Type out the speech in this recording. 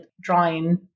drawing